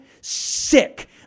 sick